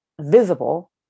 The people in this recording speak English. visible